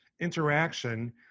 interaction